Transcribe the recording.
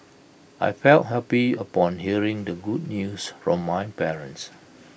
I felt happy upon hearing the good news from my parents